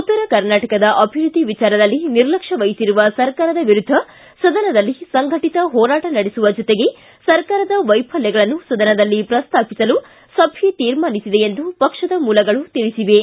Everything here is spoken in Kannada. ಉತ್ತರ ಕರ್ನಾಟಕದ ಅಭಿವೃದ್ಧಿ ವಿಚಾರದಲ್ಲಿ ನಿರ್ಲಕ್ಷ್ಯ ವಹಿಸಿರುವ ಸರ್ಕಾರದ ವಿರುದ್ದ ಸದನದಲ್ಲಿ ಸಂಘಟಿತ ಹೋರಾಟ ನಡೆಸುವ ಜೊತೆಗೆ ಸರ್ಕಾರದ ವೈಫಲ್ಯಗಳನ್ನು ಸದನದಲ್ಲಿ ಪ್ರಸ್ತಾಪಿಸಲು ಸಭೆ ತೀರ್ಮಾನಿಸಿದೆ ಎಂದು ಪಕ್ಷದ ಮೂಲಗಳು ತಿಳಿಸಿವೆ